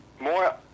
more